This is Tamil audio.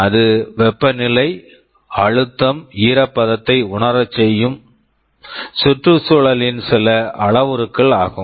அது வெப்பநிலை அழுத்தம் ஈரப்பதத்தை உணரச் செய்யும் சுற்றுச்சூழலின் சில அளவுருக்கள் ஆகும்